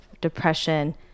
depression